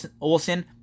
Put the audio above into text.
Olson